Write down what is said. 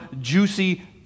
juicy